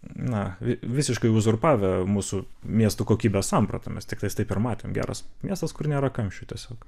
na visiškai uzurpavę mūsų miestų kokybės sampratomis tiktais taip ir matėm geras miestas kur nėra kamščių tiesiog